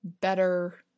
better